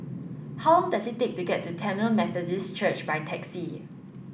how long does it take to get to Tamil Methodist Church by taxi